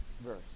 verse